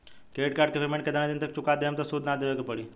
Credit card के payment केतना दिन तक चुका देहम त सूद ना देवे के पड़ी?